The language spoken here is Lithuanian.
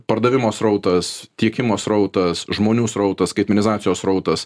pardavimo srautas tiekimo srautas žmonių srautas skaitmenizacijos srautas